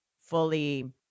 fully